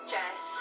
Jess